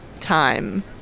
time